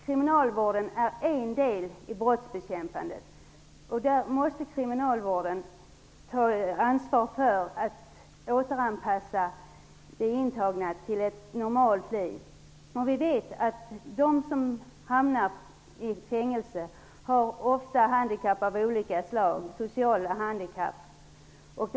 Kriminalvården är en del i brottsbekämpningen. Kriminalvården måste ta ansvaret för återanpassningen av de intagna till ett normalt liv. De som hamnar i fängelse har ofta handikapp av olika slag, t.ex. sociala.